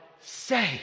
say